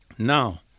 Now